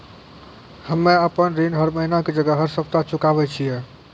हम्मे आपन ऋण हर महीना के जगह हर सप्ताह चुकाबै छिये